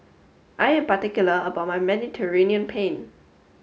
I am particular about my Mediterranean Penne